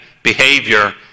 behavior